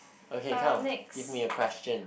okay come give me a question